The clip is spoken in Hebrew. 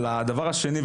הדבר השני,